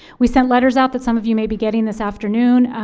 we sent letters out that some of you may be getting this afternoon.